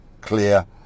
clear